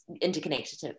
interconnected